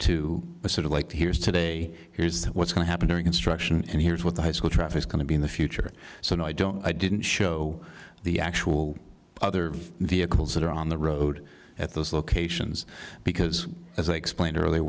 to sort of like here's today here's what's going to happen during construction and here's what the high school traffic going to be in the future so no i don't i didn't show the actual other vehicles that are on the road at those locations because as i explained earl